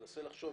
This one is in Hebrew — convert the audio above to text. אני מנסה לחשוב,